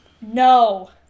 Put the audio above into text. No